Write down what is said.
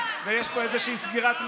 ויש פה איזושהי סגירת מעגל.